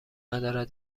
ندارد